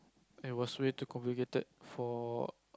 it was way too complicated for